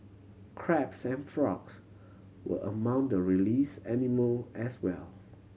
crabs and frogs were among the release animal as well